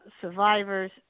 survivors